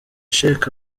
sheikh